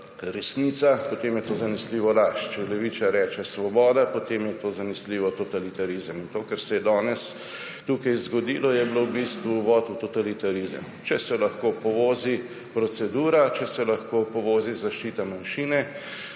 resnica, potem je to zanesljivo laž, če levičar reče svoboda, potem je to zanesljivo totalitarizem. In to, kar se je danes tukaj zgodilo, je bilo v bistvu uvod v totalitarizem. Če se lahko povozi procedura, če se lahko povozi zaščita manjšine,